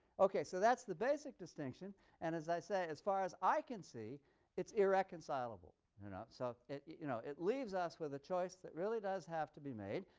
okay. so that's the basic distinction and, as i say, as far as i can see it's irreconcilable so it you know it leaves us with a choice that really does have to be made,